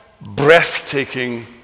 breathtaking